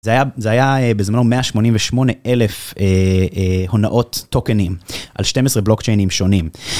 זה היה בזמנו 188 אלף הונאות טוקנים על 12 בלוקצ'יינים שונים.